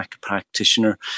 practitioner